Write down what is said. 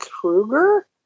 Krueger